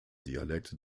dialekt